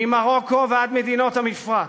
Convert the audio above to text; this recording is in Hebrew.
ממרוקו ועד מדינות המפרץ.